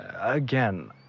Again